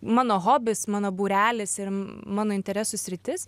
mano hobis mano būrelis ir mano interesų sritis